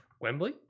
Wembley